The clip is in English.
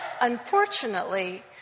Unfortunately